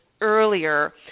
earlier